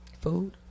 Food